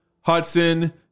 Hudson